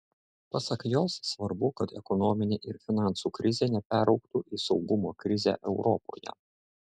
pasak jos svarbu kad ekonominė ir finansų krizė neperaugtų į saugumo krizę europoje